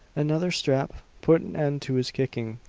another strap put an end to his kicking.